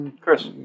Chris